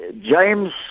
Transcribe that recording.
James